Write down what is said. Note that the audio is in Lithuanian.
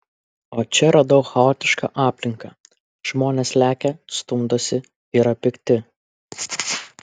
o čia radau chaotišką aplinką žmonės lekia stumdosi yra pikti